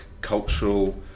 cultural